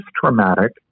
traumatic